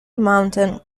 mountain